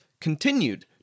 continued